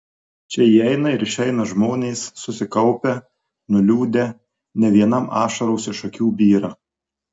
čia įeina ir išeina žmonės susikaupę nuliūdę ne vienam ašaros iš akių byra